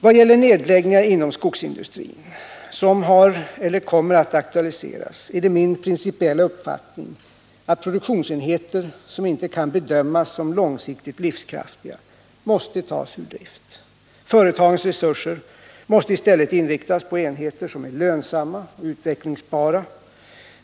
Vad gäller nedläggningar inom skogsindustrin som har eller kommer att aktualiseras är det min principiella uppfattning att produktionsenheter som inte kan bedömas som långsiktigt livskraftiga måste tas ur drift. Företagens resurser måste i stället inriktas på enheter som är lönsamma och utveck lingsbara.